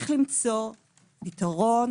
יש למצוא פתרון,